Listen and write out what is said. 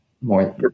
more